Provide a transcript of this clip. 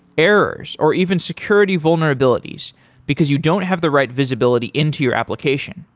errors or even security vulnerabilities because you don't have the right visibility into your application?